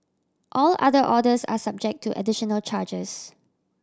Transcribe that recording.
all other orders are subject to additional charges